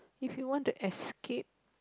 if you want to escape